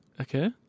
Okay